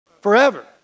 Forever